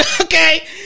Okay